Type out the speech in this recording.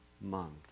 month